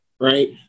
right